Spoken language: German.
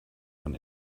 von